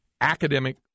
academic